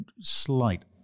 slight